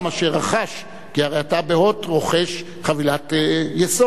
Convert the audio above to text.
אשר רכש כי הרי אתה ב"הוט" רוכש חבילת יסוד.